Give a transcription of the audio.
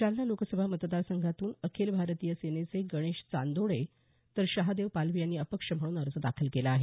जालना लोकसभा मतदार संघातून अखिल भारतीय सेनेचे गणेश चांदोडे तर शहादेव पालवे यांनी अपक्ष म्हणून अर्ज दाखल केला आहे